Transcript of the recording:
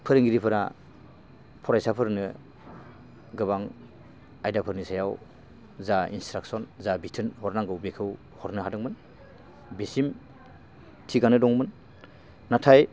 फोरोंगिरिफोरा फरायसाफोरनो गोबां आयदाफोरनि सायाव जा इन्स्ट्राकसन जा बिथोन हरनांगौ बेखौ हरनो हादोंमोन बिसिम थिगानो दंमोन नाथाय